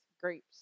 grapes